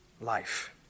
life